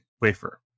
wafer